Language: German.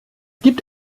gibt